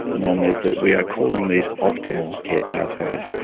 norman, is that we are calling these optimal care pathways.